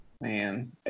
Man